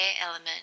element